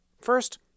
First